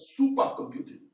supercomputing